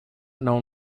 known